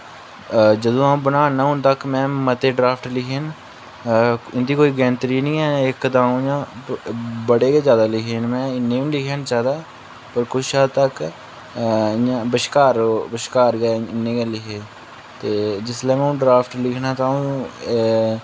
जदूं अ'ऊं बनाना हून तक में मते ड्राफ्ट लिखे न इं'दी कोई गिनतरी नी ऐ इक द'ऊं जां बड़े गै ज्यादा लिखे न में इन्ने बी लिखे न ज्यादा पर कुछ हद्द तक इ'यां बश्कार बश्कार गै इन्ने गै लिखे ते जिसलै में हून ड्राफ्ट लिखना तां अ'ऊं